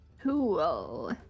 Cool